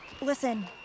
Listen